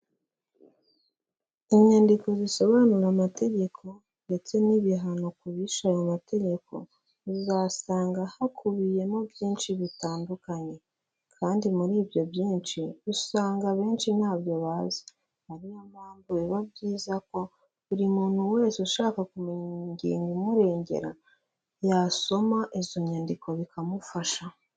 Inyandiko zisobanura amategeko ndetse n'ibihano ku bishe ayo mategeko, uzasanga hakubiyemo byinshi bitandukanye, kandi muri ibyo byinshi usanga abenshi ntabyo bazi; ariyo mpamvu biba byiza ko buri muntu wese ushaka kumenya ingingo imurengera yasoma izo nyandiko, bikamufasha.